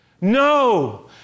No